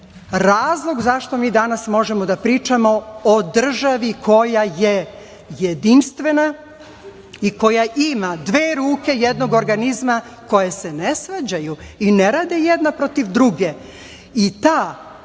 razlog zašto mi danas možemo da pričamo o državi koja je jedinstvena i koja ima dve ruke jednog organizma koje se ne svađaju i ne rade jedna protiv druge.I ta